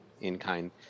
in-kind